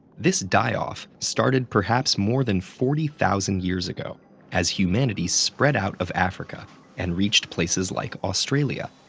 this die-off started perhaps more than forty thousand years ago as humanity spread out of africa and reached places like australia,